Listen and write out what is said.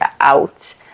out